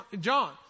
John